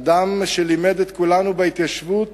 אדם שלימד את כולנו בהתיישבות